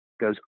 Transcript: goes